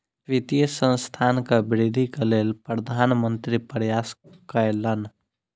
वित्तीय संस्थानक वृद्धिक लेल प्रधान मंत्री प्रयास कयलैन